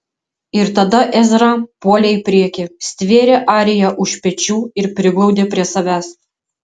ir tada ezra puolė į priekį stvėrė ariją už pečių ir priglaudė prie savęs